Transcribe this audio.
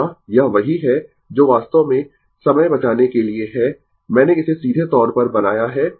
अतः यह वही है जो वास्तव में समय बचाने के लिए है मैंने इसे सीधे तौर पर बनाया है